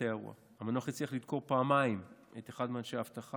מוסטפא יונס, שהיה ביחד עם אימו,